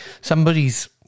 somebody's